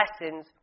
lessons